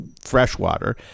freshwater